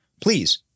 please